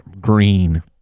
green